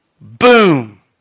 Boom